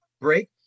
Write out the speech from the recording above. break